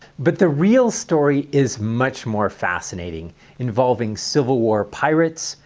but the real story is much more fascinating involving civil war pirates,